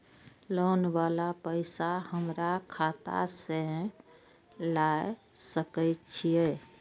Loan वाला पैसा हमरा खाता से लाय सके छीये?